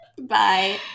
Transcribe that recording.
Bye